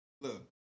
Look